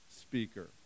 speaker